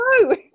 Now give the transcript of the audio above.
No